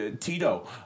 Tito